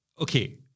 Okay